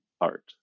art